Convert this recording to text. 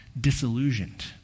disillusioned